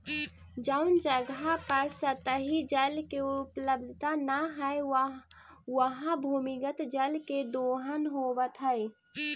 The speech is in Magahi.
जउन जगह पर सतही जल के उपलब्धता न हई, उहाँ भूमिगत जल के दोहन होइत हई